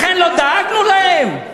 לכן לא דאגנו להן?